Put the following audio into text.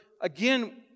again